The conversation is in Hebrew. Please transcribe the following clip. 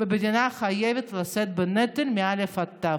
והמדינה חייבת לשאת בנטל מאל"ף ועד תי"ו,